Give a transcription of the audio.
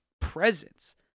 presence